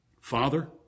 Father